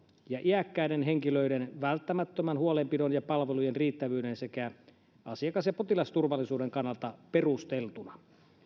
ja iäkkäiden henkilöiden välttämättömän huolenpidon ja palvelujen riittävyyden sekä asiakas ja potilasturvallisuuden kannalta perusteltuna